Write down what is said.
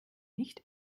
nicht